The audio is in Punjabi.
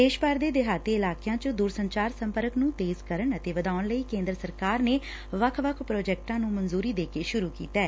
ਦੇਸ਼ ਭਰ ਦੇ ਦਿਹਾਤੀ ਇਲਾਕਿਆਂ ਚ ਦੂਰਸੰਚਾਰ ਸੰਪਰਕ ਨੂੰ ਤੇਜ਼ ਕਰਨ ਅਤੇ ਵਧਾਉਣ ਲਈ ਕੇਂਦਰ ਸਰਕਾਰ ਨੇ ਵੱਖ ਵੱਖ ਪ੍ਰੋਜੈਕਟਾਂ ਨੁੰ ਮਨਜੁਰੀ ਦੇ ਕੇ ਸੂਰੁ ਕੀਤੈ